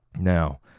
Now